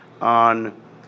on